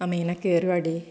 അമൈന കേറിവാടി